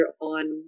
on